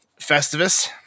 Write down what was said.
Festivus